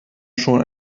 schon